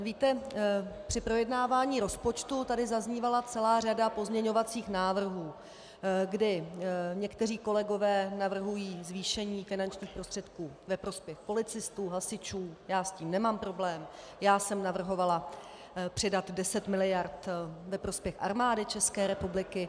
Víte, při projednávání rozpočtu tady zaznívala celá řada pozměňovacích návrhů, kdy někteří kolegové navrhují zvýšení finančních prostředků ve prospěch policistů, hasičů, já s tím nemám problém, já jsem navrhovala přidat 10 miliard ve prospěch Armády České republiky.